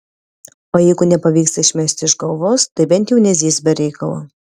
o jeigu nepavyksta išmesti iš galvos tai bent jau nezyzk be reikalo